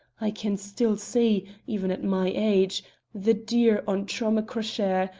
i can still see even at my age the deer on tom-a-chrochair,